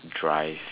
drive